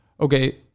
okay